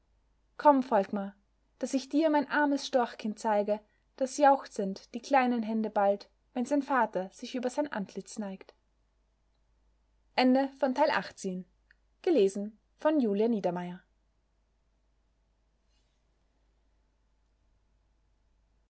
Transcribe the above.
komm volkmar daß ich dir mein armes storchkind zeige das jauchzend die kleinen hände ballt wenn sein vater sich über sein antlitz neigt